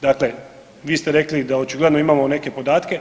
Dakle, vi ste rekli da očigledno imamo neke podatke.